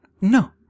no